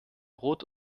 rot